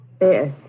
Yes